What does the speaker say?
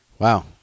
Wow